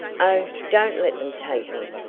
oh, don't let them take me!